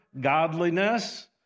godliness